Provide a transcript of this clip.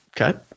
Okay